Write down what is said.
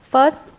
First